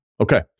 Okay